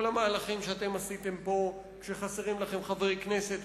כל המהלכים שעשיתם פה: כשחסרים לכם חברי כנסת,